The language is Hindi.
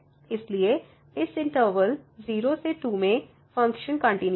इसलिए इस इंटरवल 0 से 2 में फ़ंक्शन कंटिन्यूस है